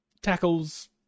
tackles